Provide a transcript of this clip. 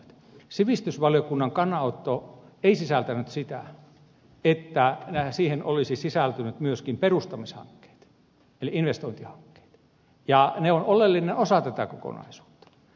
sivistysvaliokunnan kannanotto ei sisältänyt sitä että siihen olisi sisältynyt myöskin perustamishankkeet eli investointihankkeet ja ne ovat oleellinen osa tätä kokonaisuutta